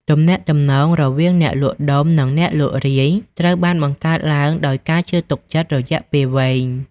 ទំនាក់ទំនង រវាងអ្នកលក់ដុំនិងអ្នកលក់រាយត្រូវបានបង្កើតឡើងដោយការជឿទុកចិត្តរយៈពេលវែង។